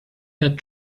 had